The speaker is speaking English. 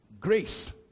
Grace